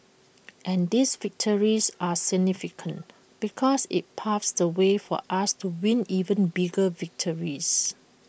and these victories are significant because IT paves the way for us to win even bigger victories